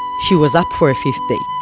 she was up for a fifth date